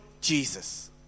Jesus